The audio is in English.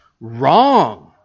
wrong